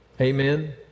Amen